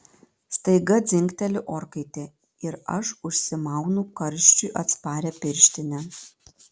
staiga dzingteli orkaitė ir aš užsimaunu karščiui atsparią pirštinę